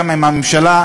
גם עם הממשלה,